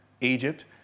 Egypt